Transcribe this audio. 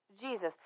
Jesus